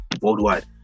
worldwide